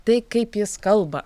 tai kaip jis kalba